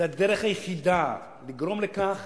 זאת הדרך היחידה לגרום לכך